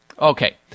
Okay